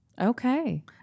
Okay